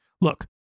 Look